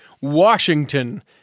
Washington